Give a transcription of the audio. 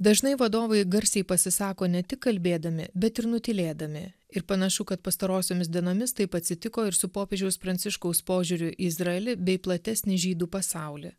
dažnai vadovai garsiai pasisako ne tik kalbėdami bet ir nutylėdami ir panašu kad pastarosiomis dienomis taip atsitiko ir su popiežiaus pranciškaus požiūriu į izraelį bei platesnį žydų pasaulį